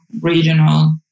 regional